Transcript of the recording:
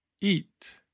eat